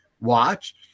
watch